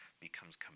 becomes